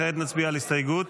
כעת נצביע על הסתייגות